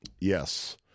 Yes